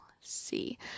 see